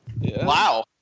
Wow